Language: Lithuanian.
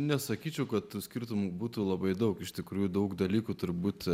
nesakyčiau kad tų skirtumų būtų labai daug iš tikrųjų daug dalykų turbūt